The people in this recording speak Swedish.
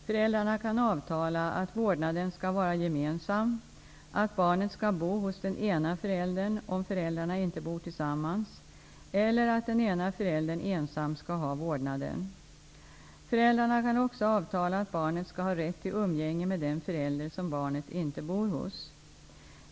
Föräldrarna kan avtala att vårdnaden skall vara gemensam, att barnet skall bo hos den ena föräldern om föräldrarna inte bor tillsammans eller att den ena föräldern ensam skall ha vårdnaden. Föräldrarna kan också avtala att barnet skall ha rätt till umgänge med den förälder som barnet inte bor hos.